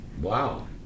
Wow